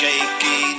Shaky